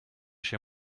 chez